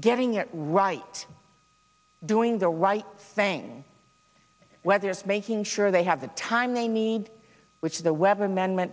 getting it right doing the right thing whether it's making sure they have the time they need which the we